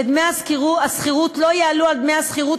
ודמי השכירות לא יעלו על דמי השכירות